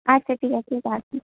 আচ্ছা ঠিক আছে যাচ্ছি